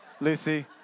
Lucy